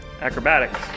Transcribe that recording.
Acrobatics